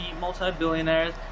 multi-billionaires